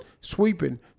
sweeping